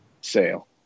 Sale